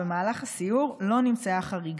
ובמהלך הסיור לא נמצאה חריגה.